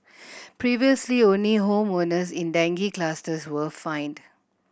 previously only home owners in dengue clusters were fined